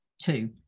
two